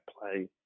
play